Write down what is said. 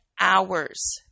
hours